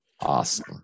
Awesome